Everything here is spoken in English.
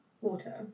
water